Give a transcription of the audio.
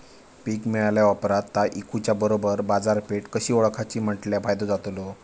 पीक मिळाल्या ऑप्रात ता इकुच्या बरोबर बाजारपेठ कशी ओळखाची म्हटल्या फायदो जातलो?